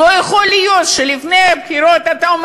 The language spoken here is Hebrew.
לא יכול להיות שלפני הבחירות אתה אומר